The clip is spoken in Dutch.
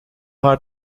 haar